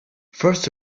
first